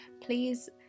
please